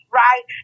right